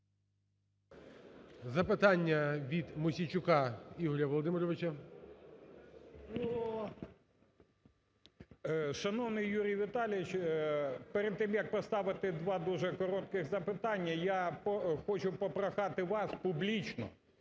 Запитання від Мосійчука Ігоря Володимировича. 17:14:48 МОСІЙЧУК І.В. Шановний Юрій Віталійович, перед тим як поставити два дуже коротких запитання я хочу попрохати вас публічно